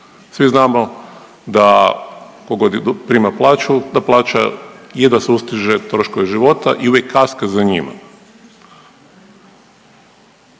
Svi znamo da ko god prima plaću da plaća jedva sustiže troškove života i uvijek kaska za njima.